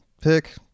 pick